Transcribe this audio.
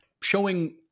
showing